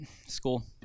School